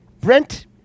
Brent